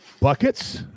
Buckets